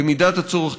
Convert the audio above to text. במידת הצורך,